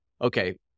okay